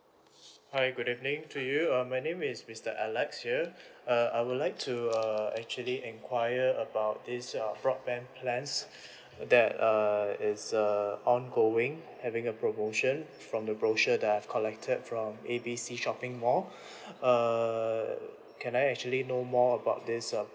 hi good evening to you uh my name is mister alex here uh I would like to uh actually enquire about this uh broadband plans that uh is uh ongoing having a promotion from the brochure that I've collected from A B C shopping mall err can I actually know more about this uh